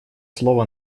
слово